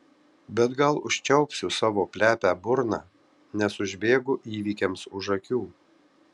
bet gal užčiaupsiu savo plepią burną nes užbėgu įvykiams už akių